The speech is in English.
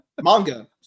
Manga